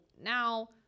now